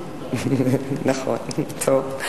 נכון, טוב.